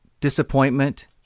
disappointment